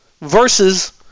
Versus